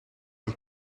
een